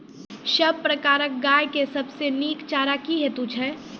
सब प्रकारक गाय के सबसे नीक चारा की हेतु छै?